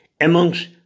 Amongst